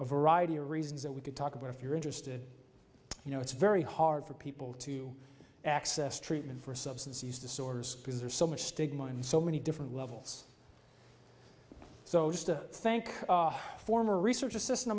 a variety of reasons that we could talk about if you're interested you know it's very hard for people to access treatment for substance use disorders because there's so much stigma in so many different levels so just to thank former research